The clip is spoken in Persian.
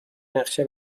نقشه